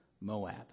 Moab